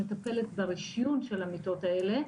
מטפלת ברשיון של המיטות האלה,